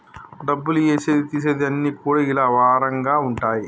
డబ్బులు ఏసేది తీసేది అన్ని కూడా ఇలా వారంగా ఉంటయి